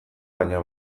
baina